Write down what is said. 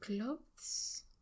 clothes